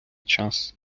час